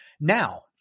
Now